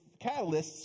catalysts